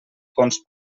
fons